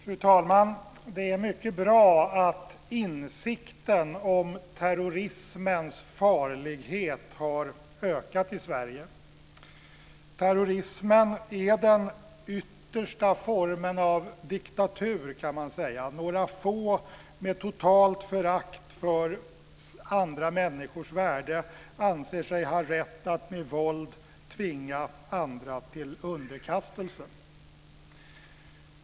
Fru talman! Det är mycket bra att insikten om terrorismens farlighet har ökat i Sverige. Terrorismen är den yttersta formen av diktatur. Några få med totalt förakt för andra människors värde anser sig ha rätt att med våld tvinga andra till underkastelse.